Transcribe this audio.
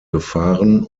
gefahren